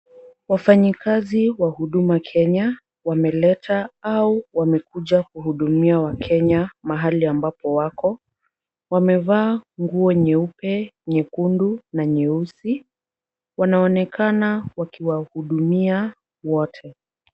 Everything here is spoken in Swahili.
Wafanyikazi wa Huduma Kenya wameleta au wamekuja kuhudumia wakenya mahali ambapo wako. Wamevaa nguo nyeupe, nyekundu na nyeusi. Wanaonekana wakiwahudumia wote.